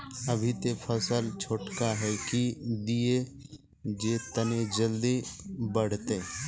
अभी ते फसल छोटका है की दिये जे तने जल्दी बढ़ते?